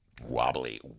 Wobbly